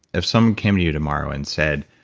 if someone came to you tomorrow and said,